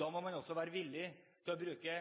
Da må man også være villig til å bruke